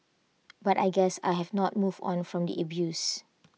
but I guess I have not moved on from the abuse